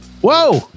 Whoa